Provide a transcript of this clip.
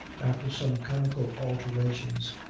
after some comical alterations,